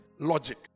logic